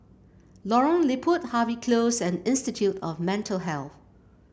Lorong Liput Harvey Close and Institute of Mental Health